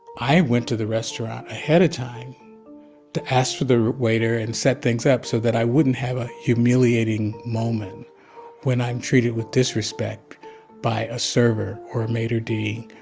i went to the restaurant ahead of time to ask for the waiter and set things up so that i wouldn't have a humiliating moment when i'm treated with disrespect by a server or a maitre d'.